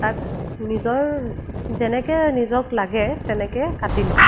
তাক নিজৰ যেনেকৈ নিজক লাগে তেনেকৈ কাটি লওঁ